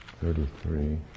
thirty-three